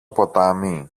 ποτάμι